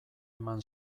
eman